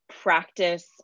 practice